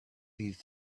these